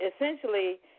essentially